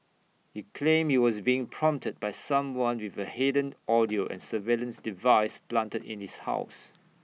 he claimed he was being prompted by someone with A hidden audio and surveillance device planted in his house